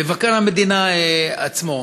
מבקר המדינה עצמו,